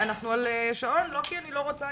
אנחנו על שעון, לא כי אני לא רוצה.